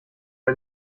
der